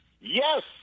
Yes